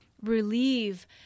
relieve